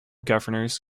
governors